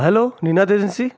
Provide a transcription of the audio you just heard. hello Ninad agency